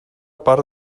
part